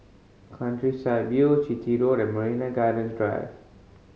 Countryside View Chitty Road and Marina Gardens Drive